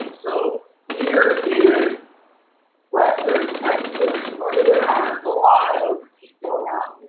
so here in western texas, normally there aren't a lot of people around,